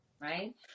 right